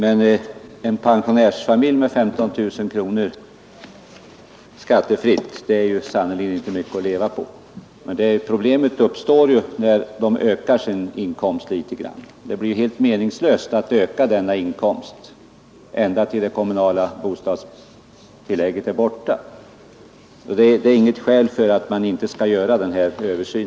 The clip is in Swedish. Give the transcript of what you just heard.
En inkomst av 15 000 kronor skattefritt är sannerligen inte mycket att leva på för en pensionärsfamilj. Problemet uppstår emellertid när en sådan familj ökar inkomsten något. Det blir helt meningslöst att öka inkomsten, så länge avdragsfaktorn för det kommunala bostadstillägget är så hög. Detta är alltså inget skäl för att inte göra en översyn.